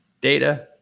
data